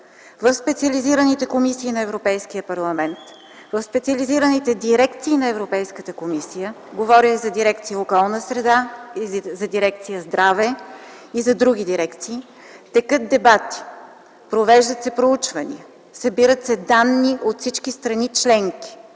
в специализираните комисии на Европейския парламент, в специализираните дирекции на Европейската комисия, говоря за дирекции „Околна среда” и „Здраве” и за други дирекции, текат дебати, провеждат се проучвания, събират се данни от всички страни членки,